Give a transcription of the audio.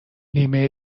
نیمه